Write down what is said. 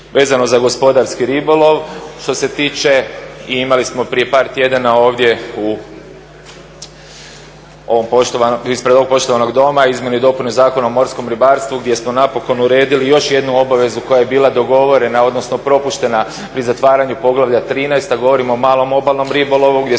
vezano za gospodarski ribolov. Što se tiče i imali smo prije par tjedana ovdje u ovom poštovanom, ispred ovog poštovanog Doma izmjenu i dopunu Zakona o morskom ribarstvu gdje smo napokon uredili još jednu obavezu koja je bila dogovorena odnosno propuštena pri zatvaranju Poglavlja 13., a govorimo o malom obalnom ribolovu gdje smo